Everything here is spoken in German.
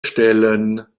stellen